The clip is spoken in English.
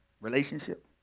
Relationship